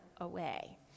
away